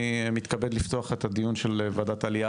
אני מתכבד לפתוח את הדיון של ועדת העלייה,